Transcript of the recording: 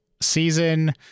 season